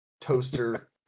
toaster